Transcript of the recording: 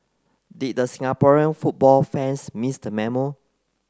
did the Singaporean football fans miss the memo